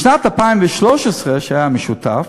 בשנת 2013, שהיה משותף,